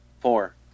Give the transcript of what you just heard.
Four